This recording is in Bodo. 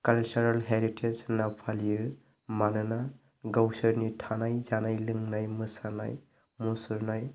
कालसारेल हेरिटेज होनना फालियो मानोना गावसोरनि थानाय जानाय लोंनाय मोसानाय मुसुरनाय